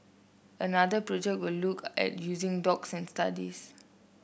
another project will look at using dogs and studies